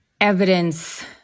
evidence